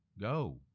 go